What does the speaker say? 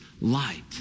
light